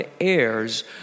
heirs